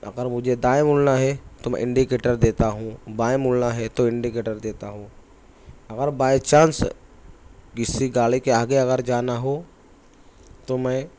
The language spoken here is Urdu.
اگر مجھے دائیں مڑنا ہے تو میں انڈیکیٹر دیتا ہوں بائیں مڑنا ہے تو انڈیکیٹر دیتا ہوں اگر بائی چانس کسی گاڑی کے آگے اگر جانا ہو تو میں